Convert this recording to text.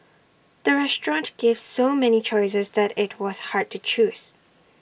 the restaurant gave so many choices that IT was hard to choose